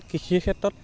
কৃষিৰ ক্ষেত্ৰত